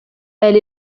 elle